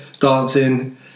dancing